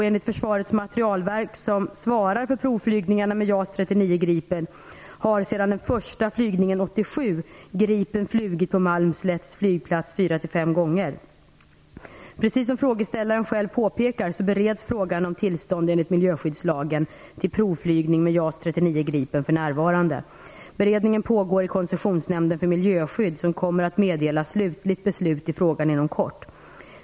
Enligt Försvarets materielverk, som svarar för provflygningarna med JAS 39 Gripen, har sedan den första Gripenflygningen 1987, Gripen flugit på Malmslätts flygplats 4-5 gånger. Precis som frågeställaren själv påpekar bereds frågan om tillstånd enligt miljöskyddslagen till provflygning med JAS 39 Gripen för närvarande. Beredningen pågår i Koncessionsnämnden för miljöskydd, som kommer att meddela slutligt beslut i frågan inom kort.